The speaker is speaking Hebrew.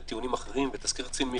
וטיעונים אחרים ותסקיר קצין מבחן.